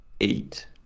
eight